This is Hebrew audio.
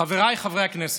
חבריי חברי הכנסת,